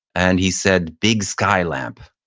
and he said, big sky lamp.